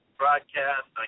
broadcast